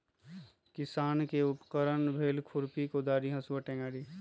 किसान के उपकरण भेल खुरपि कोदारी हसुआ टेंग़ारि